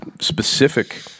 specific